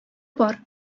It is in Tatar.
бар